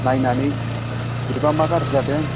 नायनानै बेबा मा गाज्रि जादों